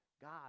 God